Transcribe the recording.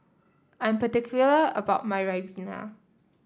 I'm particular about my Ribena